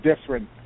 different